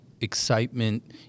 excitement